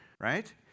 right